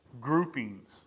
groupings